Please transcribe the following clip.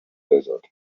desert